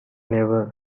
never